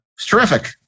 terrific